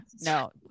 no